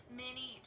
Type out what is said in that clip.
mini